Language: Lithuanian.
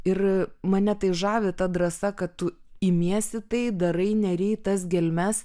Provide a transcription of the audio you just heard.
ir mane tai žavi ta drąsa kad tu imiesi tai darai neri į tas gelmes